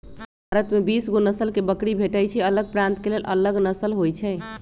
भारत में बीसगो नसल के बकरी भेटइ छइ अलग प्रान्त के लेल अलग नसल होइ छइ